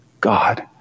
God